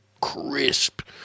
crisp